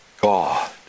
God